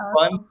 fun